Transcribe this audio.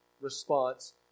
response